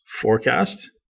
forecast